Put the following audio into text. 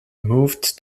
moved